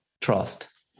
trust